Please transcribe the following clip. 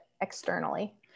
externally